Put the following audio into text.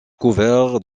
couvert